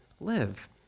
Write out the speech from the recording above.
live